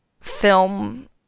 film